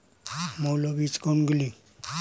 মৌল বীজ কোনগুলি?